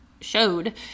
showed